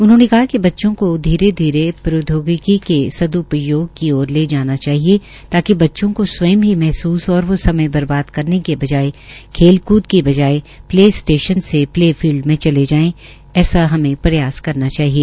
उन्होंने कहा कि बच्चों को धीरे धीरे प्रौदयोगिकी के सदपयोग की तरफ ले जाना चाहिए ताकि बचचों को स्वयं ही महसूस हो और वो समय बर्बाद करने के बजाये खेल कृद के बजाए प्ले स्टेशन से प्ले फील्ड में चले जाये ऐसा हमें प्रयास करना चाहिए